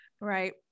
Right